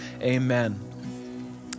Amen